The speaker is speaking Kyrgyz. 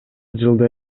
жылдай